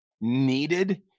needed